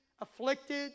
afflicted